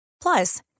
Plus